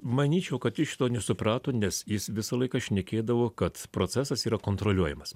manyčiau kad jis šito nesuprato nes jis visą laiką šnekėdavo kad procesas yra kontroliuojamas